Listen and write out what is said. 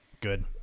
Good